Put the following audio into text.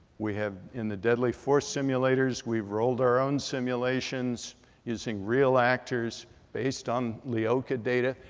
we have in the deadly force simulators we've rolled our own simulations using real actors based on leoka data.